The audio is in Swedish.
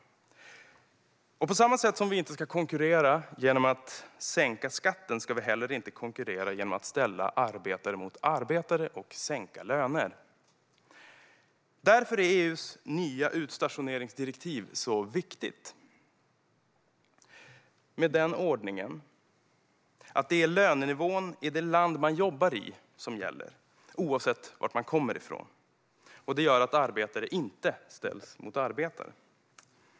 På samma sätt som vi inte ska konkurrera genom att sänka skatten ska vi heller inte konkurrera genom att ställa arbetare mot arbetare och sänka löner. Därför är EU:s nya utstationeringsdirektiv så viktigt. Det har ordningen att det är lönenivån i det land man jobbar i som gäller, oavsett var man kommer ifrån, och det gör att arbetare inte ställs mot arbetare.